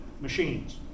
machines